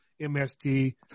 MST